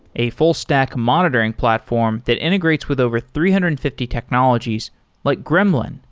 a full stack monitoring platform that integrates with over three hundred and fifty technologies like gremlin,